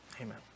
Amen